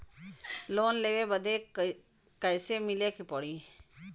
Loan लेवे बदी कैसे मिले के पड़ी?